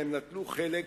שבו נטלו חלק